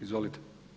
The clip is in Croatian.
Izvolite.